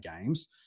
games